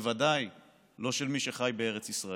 בוודאי לא של מי שחי בארץ ישראל.